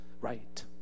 right